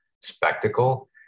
spectacle